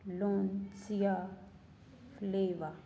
ਲੋਸੀਆ ਲੇਵਾ